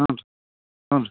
ಹ್ಞೂ ರಿ ಹ್ಞೂ ರಿ